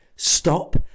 Stop